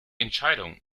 entscheidung